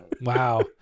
Wow